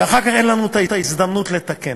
ואחר כך אין לנו ההזדמנות לתקן.